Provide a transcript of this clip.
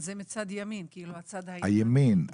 מצד ימין, הצד הימני.